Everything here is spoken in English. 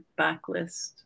backlist